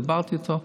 דיברתי איתו.